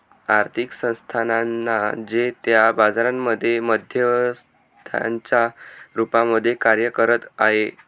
आर्थिक संस्थानांना जे त्या बाजारांमध्ये मध्यस्थांच्या रूपामध्ये कार्य करत आहे